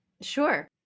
Sure